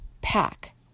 pack